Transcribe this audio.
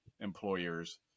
employers